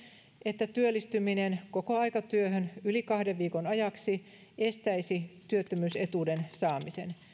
että työllistyminen kokoaikatyöhön yli kahden viikon ajaksi estäisi työttömyysetuuden saamisen